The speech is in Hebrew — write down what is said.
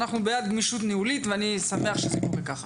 אנחנו בעד גמישות ניהולית ואני שמח שזה קורה ככה.